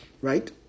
right